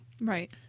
Right